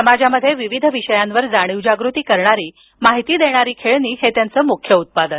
समाजामध्ये विविध विषयांवर जाणीव जागृती करणारी माहिती देणारी खेळणी हे त्यांचं मुख्य उत्पादन